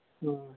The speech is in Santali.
ᱦᱩᱸ